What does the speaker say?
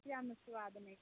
कलकतियामे सुआद नहि छै